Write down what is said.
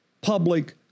public